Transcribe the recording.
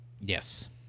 Yes